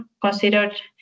considered